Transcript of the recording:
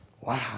wow